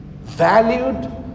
Valued